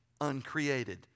uncreated